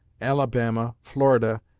alabama, florida,